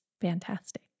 fantastic